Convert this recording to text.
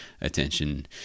attention